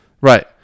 Right